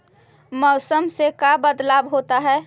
मौसम से का बदलाव होता है?